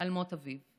על מות אביו.